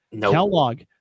Kellogg